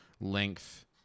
length